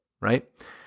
Right